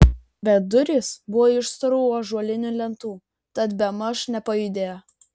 bet durys buvo iš storų ąžuolinių lentų tad bemaž nepajudėjo